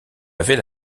avait